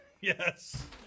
Yes